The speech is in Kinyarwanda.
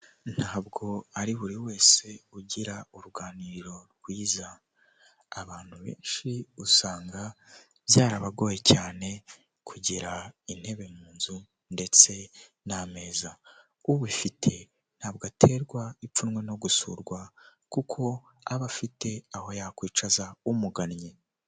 Ntabwo ari buri wese ugira uruganiriro rwiza, abantu benshi usanga byarabagoye cyane kugera intebe mu nzu ndetse n'ameza, ubifite ntabwo aterwa ipfunwe no gusurwa, kuko aba afite aho yakwicaza umugannye.